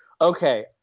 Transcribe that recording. Okay